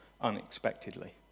unexpectedly